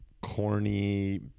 corny